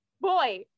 boy